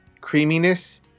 creaminess